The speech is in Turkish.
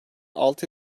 altı